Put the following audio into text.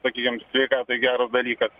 sakykim sveikatai geras dalykas